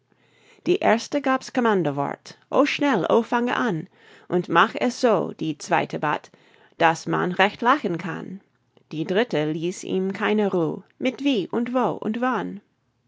die erste gab's commandowort o schnell o fange an und mach es so die zweite bat daß man recht lachen kann die dritte ließ ihm keine ruh mit wie und wo und wann